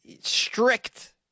strict